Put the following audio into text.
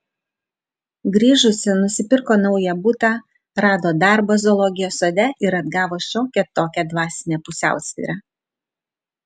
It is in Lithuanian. grįžusi nusipirko naują butą rado darbą zoologijos sode ir atgavo šiokią tokią dvasinę pusiausvyrą